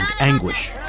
anguish